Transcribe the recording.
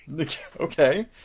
Okay